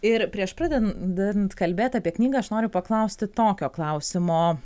ir prieš pradedant kalbėt apie knygą aš noriu paklausti tokio klausimo